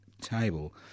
table